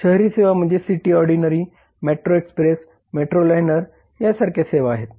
शहरी सेवा म्हणजे city ordinary metro express metro liner या सारख्या सेवा आहेत